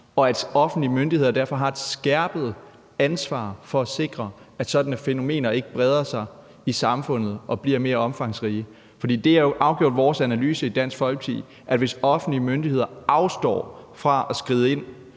har offentlige myndigheder et skærpet ansvar for at sikre, at sådanne fænomener ikke breder sig i samfundet og bliver mere omfangsrige? For det er jo afgjort vores analyse i Dansk Folkeparti, at hvis offentlige myndigheder afstår fra at skride ind,